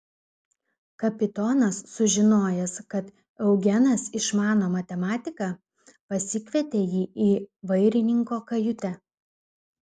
kapitonas sužinojęs kad eugenas išmano matematiką pasikvietė jį į vairininko kajutę